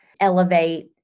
elevate